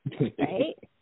Right